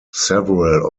several